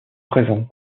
présent